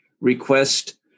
request